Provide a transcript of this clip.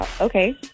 Okay